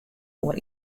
oer